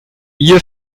ihr